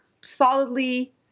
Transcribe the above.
solidly